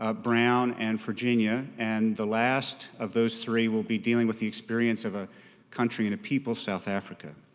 ah brown and virginia, and the last of those three will be dealing with the experience of a country and a people, south africa.